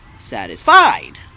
satisfied